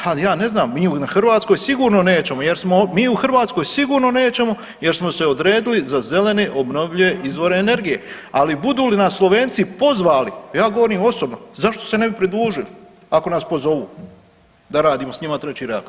Ha, ja ne znam, mi u Hrvatskoj sigurno nećemo jer smo, mi u Hrvatskoj sigurno nećemo jer smo se odredili za zelene obnovljive izvore energije, ali budu li nas Slovenci pozvali, ja govorim osobno, zašto se ne bi pridružili ako nas pozovu da radimo s njima treći reaktor.